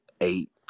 eight